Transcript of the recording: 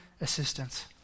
assistance